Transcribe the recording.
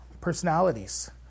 personalities